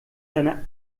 seine